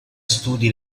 studi